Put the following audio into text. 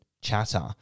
chatter